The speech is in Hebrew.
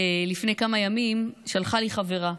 לפני כמה ימים שלחה לי חברה,